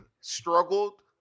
struggled